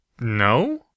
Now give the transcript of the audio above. no